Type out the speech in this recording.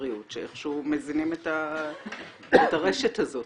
הבריאות שאיכשהו מזינים את הרשת הזאת.